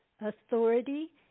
authority